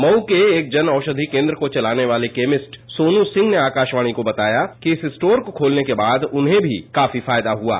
मक के एक जन औषधि केन्द्र को चलाने वाले सोनू सिंह ने आकाशवाणी को बताया कि इस स्टोर को खोलने के बाद उन्हें भी काफी फायदा हआ है